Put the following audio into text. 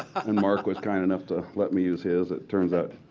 and marc was kind enough to let me use his. it turns out